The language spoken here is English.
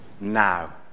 now